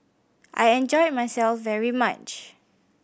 I enjoyed myself very much